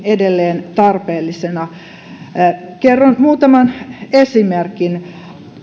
edelleen tarpeellisena kerron muutaman esimerkin